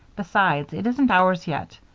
besides, it isn't ours, yet.